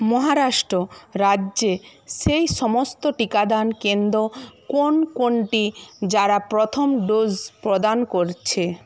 মহারাষ্ট্র রাজ্যে সেই সমস্ত টিকাদান কেন্দ্র কোন কোনটি যারা প্রথম ডোজ প্রদান করছে